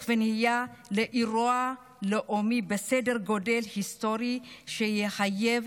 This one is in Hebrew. ונהיה לאירוע לאומי בסדר גודל היסטורי שיחייב